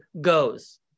goes